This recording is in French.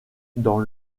dans